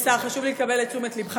אדוני השר, חשוב לי לקבל את תשומת לבך.